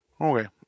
Okay